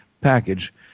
Package